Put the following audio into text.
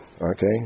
Okay